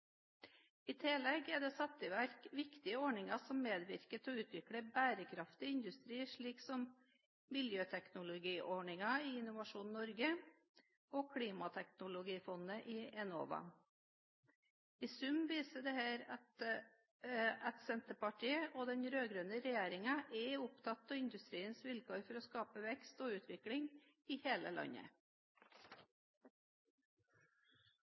I tillegg er det satt i verk viktige ordninger som medvirker til å utvikle bærekraftig industri, slik som miljøteknologiordningen i Innovasjon Norge og klimateknologifondet i Enova. I sum viser dette at Senterpartiet og den rød-grønne regjeringen er opptatt av industriens vilkår for å skape vekst og utvikling i hele landet.